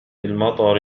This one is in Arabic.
المطر